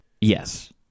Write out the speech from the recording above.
Yes